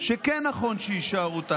שכן נכון שיישארו תאגידים.